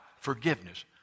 forgiveness